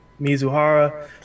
Mizuhara